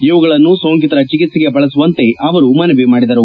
ಇವುಗಳನ್ನು ಸೋಂಕಿತರ ಚಿಕಿತ್ಸೆಗೆ ಬಳಸುವಂತೆ ಅವರು ಮನವಿ ಮಾಡಿದರು